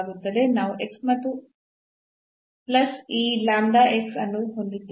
ನಾವು ಮತ್ತು ಪ್ಲಸ್ ಈ ಅನ್ನು ಹೊಂದಿದ್ದೇವೆ